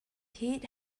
heat